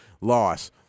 loss